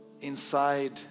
inside